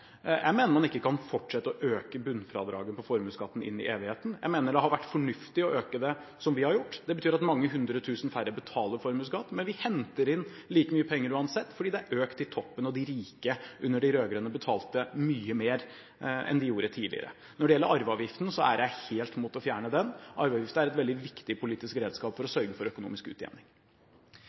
Jeg mener man ikke kan fortsette å øke bunnfradraget på formuesskatten inn i evigheten. Jeg mener det har vært fornuftig å øke det som vi har gjort. Det betyr at mange hundre tusen færre betaler formuesskatt. Men vi henter inn like mye penger uansett, fordi det er økt i toppen, og de rike under de rød-grønne betalte mye mer enn de gjorde tidligere. Når det gjelder arveavgiften, er jeg helt imot å fjerne den. Arveavgiften er et veldig viktig politisk redskap for å sørge for økonomisk utjevning.